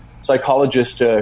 psychologist